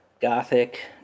gothic